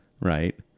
Right